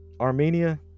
Armenia